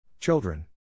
Children